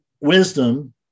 wisdom